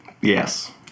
Yes